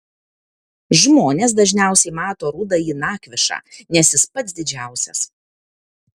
žmonės dažniausiai mato rudąjį nakvišą nes jis pats didžiausias